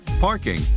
parking